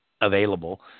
available